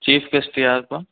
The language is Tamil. சீஃப்கெஸ்ட் யார்ப்பா